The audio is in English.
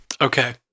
Okay